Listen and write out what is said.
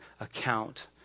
account